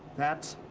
that's,